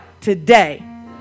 Today